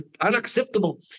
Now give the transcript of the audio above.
unacceptable